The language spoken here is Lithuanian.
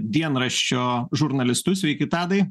dienraščio žurnalistu sveiki tadai